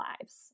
lives